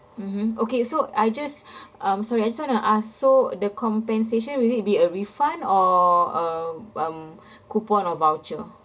mmhmm okay so I just um sorry I just wanna ask so the compensation would it be a refund or uh um coupon or voucher